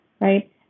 right